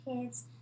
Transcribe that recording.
kids